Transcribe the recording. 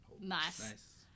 Nice